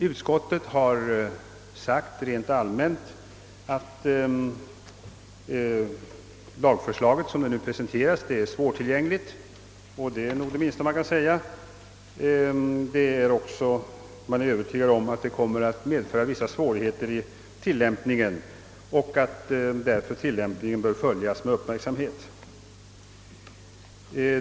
Utskottet har rent allmänt anfört att lagförslaget såsom det nu presenterats är svårtillgängligt, och det är nog det minsta man kan säga. Utskottet är också övertygat om att det kommer att medföra vissa svårigheter i tillämpningen och att denna därför bör följas med uppmärksamhet.